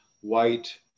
white